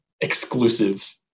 exclusive